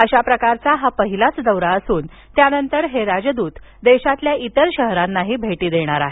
अशा प्रकारचा हा पहिलाच दौरा असून त्यानंतर हे राजदूत देशातल्या इतर शहरांनाही भेटी देणार आहेत